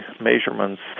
measurements